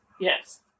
Yes